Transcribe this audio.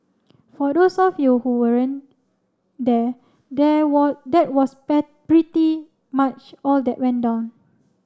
for those of you who weren't there there were that was pretty much all that went down